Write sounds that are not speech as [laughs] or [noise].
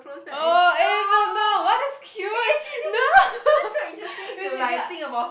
oh even now what does cute no [laughs] really ya